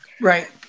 Right